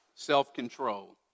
Self-control